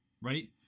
right